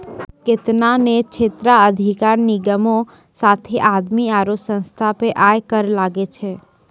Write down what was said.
केतना ने क्षेत्राधिकार निगमो साथे आदमी आरु संस्था पे आय कर लागै छै